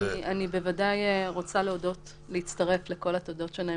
אני בוודאי רוצה להצטרף לכל התודות שנאמרו כאן.